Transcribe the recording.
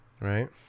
right